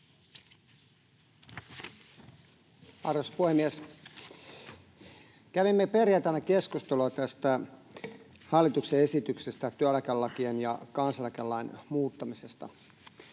Arvoisa puhemies! Kävimme perjantaina keskustelua tästä hallituksen esityksestä työeläkelakien ja kansaneläkelain muuttamisesta.